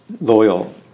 loyal